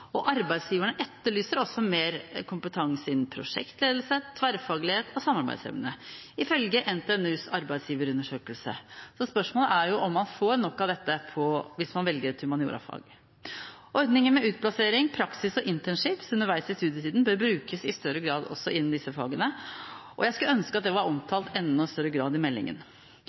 Arbeidsgiverne etterlyser også mer kompetanse innen prosjektledelse, tverrfaglighet og samarbeidsevne, ifølge NTNUs arbeidsgiverundersøkelse. Spørsmålet er jo om man får nok av dette hvis man velger et humaniorafag. Ordningen med utplassering, praksis og internships underveis i studietiden bør brukes i større grad også innen disse fagene, og jeg skulle ønske det var omtalt i enda større grad i meldingen.